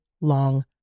long